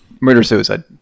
Murder-suicide